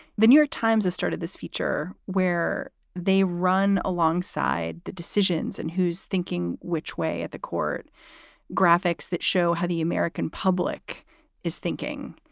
the new york times has started this feature where they run alongside the decisions and who's thinking which way at the court graphics that show how the american public is thinking.